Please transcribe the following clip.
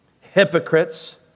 hypocrites